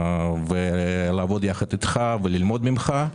לעבוד יחד אתך וללמוד ממך.